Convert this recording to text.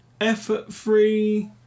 effort-free